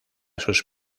sus